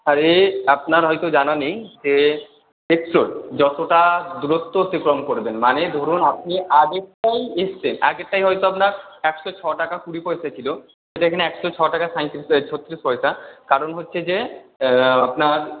আরে আপনার হয়তো জানা নেই যে পেট্রোল যতোটা দূরত্ব অতিক্রম করবেন মানে ধরুন আপনি আগেরটাই এসেছেন আগেরটাই হয়তো আপনার একশো ছটাকা কুড়ি পয়সা ছিল সেটা এখানে একশো ছটাকা সাঁইত্রিশ ছত্রিশ পয়সা কারণ হচ্ছে যে আপনার